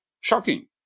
shocking